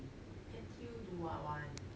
N_T_U do what one